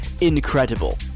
incredible